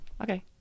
Okay